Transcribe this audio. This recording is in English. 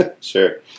Sure